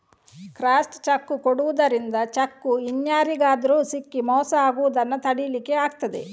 crossed cheque ಕೊಡುದರಿಂದ cheque ಇನ್ಯಾರಿಗಾದ್ರೂ ಸಿಕ್ಕಿ ಮೋಸ ಆಗುದನ್ನ ತಡೀಲಿಕ್ಕೆ ಆಗ್ತದೆ